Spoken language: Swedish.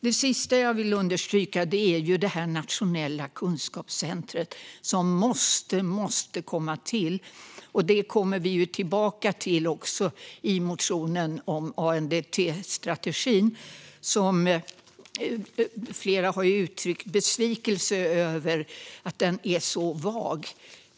Det sista jag vill understryka är det nationella kunskapscentret, som måste komma till. Det kommer vi också tillbaka till i motionen om ANDTS-strategin. Flera har ju uttryckt besvikelse över att den är så vag.